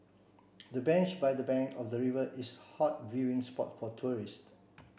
the bench by the bank of the river is a hot viewing spot for tourists